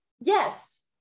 Yes